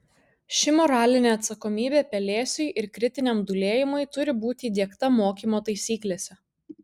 ši moralinė atsakomybė pelėsiui ir kritiniam dūlėjimui turi būti įdiegta mokymo taisyklėse